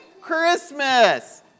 Christmas